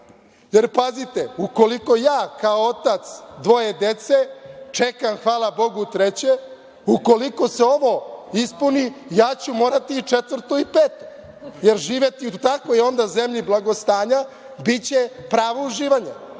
Jer, pazite ukoliko ja kao otac dvoje dece, čekam hvala Bogu treće, ukoliko se ovo ispuni ja ću morati i četvrto i peto, jer živeti u takvoj onda zemlji blagostanja biće pravo uživanje.